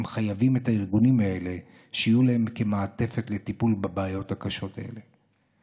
הן חייבות את הארגונים האלה שיהיו להם כמעטפת לטיפול בבעיות הקשות האלה.